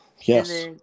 Yes